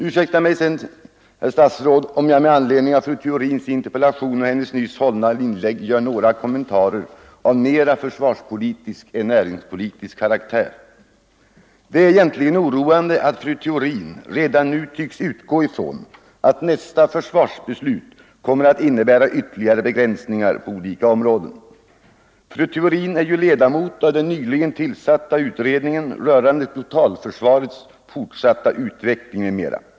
Ursäkta mig, herr statsråd, om jag med anledning av fru Theorins interpellation och hennes nyss hållna inlägg gör några kommentarer av mera försvarspolitisk än näringspolitisk karaktär. Det är egentligen oroande att fru Theorin redan nu tycks utgå från att nästa försvarsbeslut kommer att innebära ytterligare begränsningar på olika områden. Fru Theorin är ju ledamot av den nyligen tillsatta utredningen rörande totalförsvarets fortatta utveckling m.m.